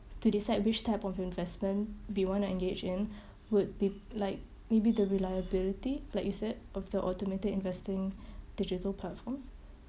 to decide which type of investment be wanna engage in would be like maybe the reliability like you said of the automated investing digital platforms